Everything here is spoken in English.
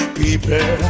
people